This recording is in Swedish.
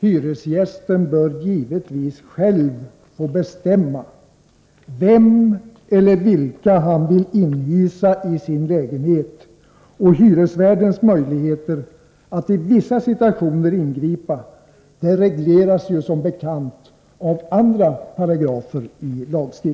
Hyresgästen bör givetvis själv få bestämma vem eller vilka han vill inhysa i sin lägenhet. Hyresvärdens möjlighet att i vissa situationer ingripa regleras som bekant i andra paragrafer.